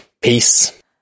peace